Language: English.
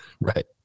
Right